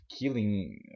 killing